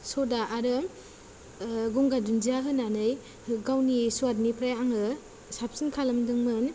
सदा आरो गंगार दुन्दिया होनानै गावनि सुवादनिफ्राय आङो साबसिन खालामदोंमोन